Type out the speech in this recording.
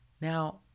Now